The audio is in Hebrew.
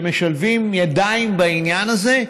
שמשלבים ידיים בעניין הזה,